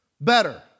better